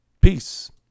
peace